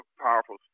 powerful